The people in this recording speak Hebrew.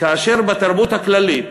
כאשר בתרבות הכללית,